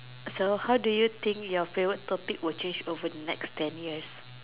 so who do you think your favorite topic will change over the next ten years